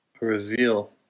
reveal